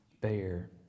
bear